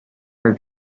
her